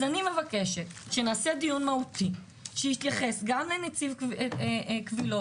אז אני מבקשת שנעשה דיון מהותי שיתייחס גם לנציב קבילות,